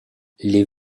les